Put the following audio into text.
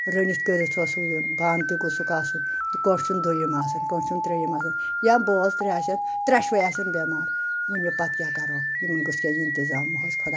رٔنِتھ کٔرِتھ اوسُکھ بانہٕ تہِ گوٚژھُکھ آسُن تہٕ کٲنٛسہِ چھُنہٕ دوٚیِم آسان کٲنٛسہِ چھُنہٕ ترٛیٚیِم آسَان یا بہٕ اوسُس ترٛےٚ آسن ترٛےٚ شوے آسن بؠمار وٕنہِ پَتہٕ کیاہ کَرو یِمَن گوٚژھ کیٛاہ اِنتِظام اوس خۄدا